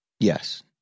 Yes